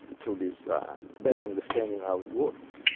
through this better understanding of how it works.